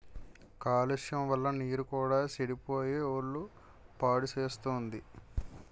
కాలుష్యం వల్ల నీరు కూడా సెడిపోయి ఒళ్ళు పాడుసేత్తుంది